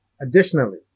Additionally